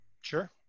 Sure